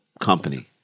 company